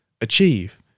achieve